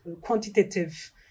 quantitative